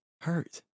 hurt